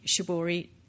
shibori